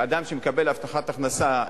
שאדם שמקבל הבטחת הכנסה,